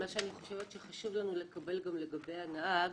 אני חושבת שחשוב לנו לקבל גם לגבי הנהג